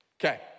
Okay